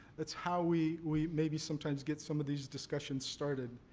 that's how we we maybe, sometimes, get some of these discussions started.